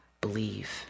believe